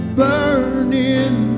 burning